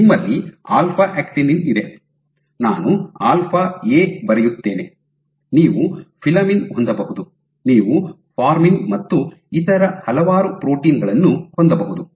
ನಿಮ್ಮಲ್ಲಿ alpha actinin ಇದೆ ನಾನು ಆಲ್ಫಾ ಎ ಬರೆಯುತ್ತೇನೆ ನೀವು ಫಿಲಾಮಿನ್ ಹೊಂದಬಹುದು ನೀವು ಫಾರ್ಮಿನ್ ಮತ್ತು ಇತರ ಹಲವಾರು ಪ್ರೋಟೀನ್ ಗಳನ್ನು ಹೊಂದಬಹುದು